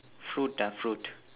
fruit ah fruit